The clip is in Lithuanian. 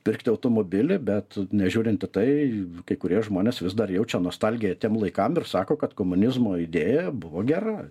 pirkti automobilį bet nežiūrint į tai kai kurie žmonės vis dar jaučia nostalgiją tiem laikam ir sako kad komunizmo idėja buvo gera